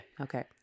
Okay